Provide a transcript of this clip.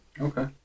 Okay